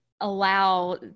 allow